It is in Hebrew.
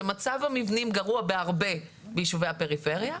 שמצב המבנים גרוע בהרבה בישובי הפריפריה.